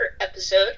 episode